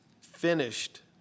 finished